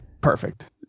perfect